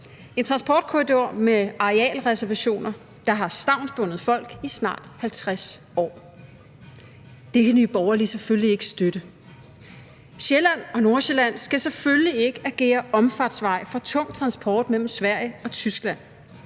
en transportkorridor med arealreservationer, der har stavnsbundet folk i snart 50 år. Det kan Nye Borgerlige selvfølgelig ikke støtte. Sjælland og Nordsjælland skal selvfølgelig ikke agere omfartsvej for tung transport mellem Sverige og Tyskland.